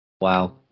Wow